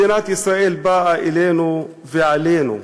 מדינת ישראל באה אלינו ועלינו.